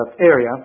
area